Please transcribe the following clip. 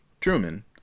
Truman